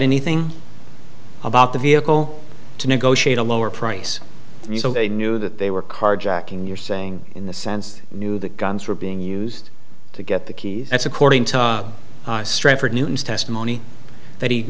anything about the vehicle to negotiate a lower price they knew that they were carjacking you're saying in the sense that guns were being used to get the keys that's according to stratford newton's testimony that he